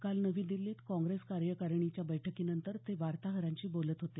काल नवी दिल्लीत काँग्रेस कार्यकारिणीच्या बैठकीनंतर ते वार्ताहरांशी बोलत होते